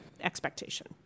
expectation